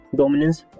dominance